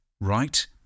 right